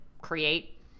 create